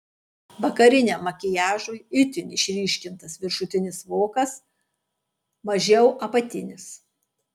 vakariniam makiažui itin išryškintas viršutinis vokas mažiau apatinis